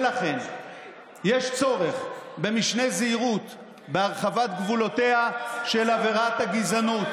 לכן יש צורך במשנה זהירות בהרחבת גבולותיה של עבירת הגזענות,